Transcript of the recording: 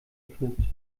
knüpft